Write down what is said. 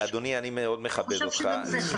אני חושב שגם זה חשוב.